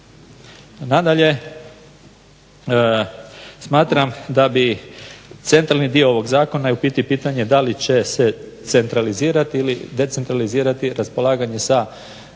Nadalje smatram da bi centralni dio ovog zakona je u biti pitanje da li će se centralizirat ili decentralizirati raspolaganje sa